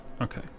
Okay